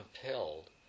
compelled